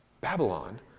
Babylon